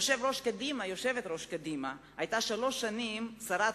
יושבת-ראש קדימה היתה שלוש שנים שרת